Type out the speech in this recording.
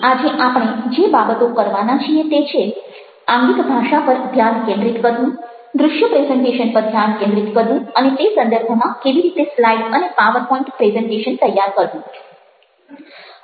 આથી આજે આપણે જે બાબતો કરવાના છીએ તે છે આંગિક ભાષા પર ધ્યાન કેન્દ્રિત કરવું દ્રશ્ય પ્રેઝન્ટેશન પર ધ્યાન કેન્દ્રિત કરવું અને તે સંદર્ભમાં કેવી રીતે સ્લાઈડ અને પાવર પોઈન્ટ પ્રેઝન્ટેશન તૈયાર કરવું